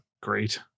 Great